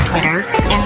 Twitter